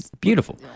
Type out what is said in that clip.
Beautiful